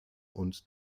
und